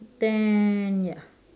then ya